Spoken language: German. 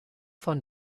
von